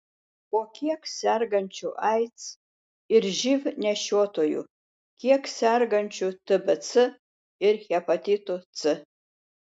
o kiek sergančių aids ir živ nešiotojų kiek sergančių tbc ir hepatitu c